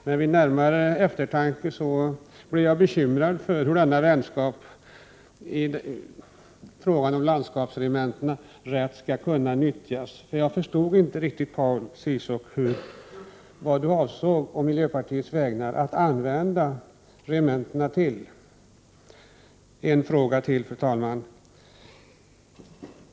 Men vid närmare eftertanke blev jag bekymrad för hur denna vänskap i frågan om landskapsregementena rätt skall kunna nyttjas, för jag förstod inte riktigt vad Paul Ciszuk avsåg på miljöpartiets vägnar att använda regementena till.